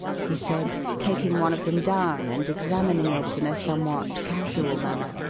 he said, taking one of them down and examining it in a somewhat casual manner,